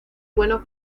bueno